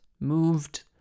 moved